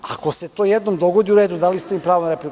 Ako se to jednom dogodi, u redu, dali ste mi pravo na repliku.